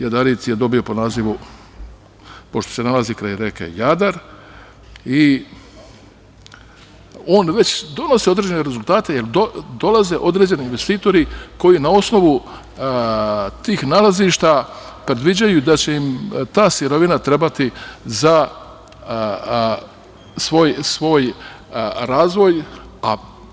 Jadarit je dobio po nazivu, pošto se nalazi kraj reke Jadar, on već donosi određene rezultate, jer dolaze određeni investitori koji na osnovu tih nalazišta predviđaju da će im ta sirovina trebati za svoj razvoj.